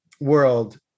world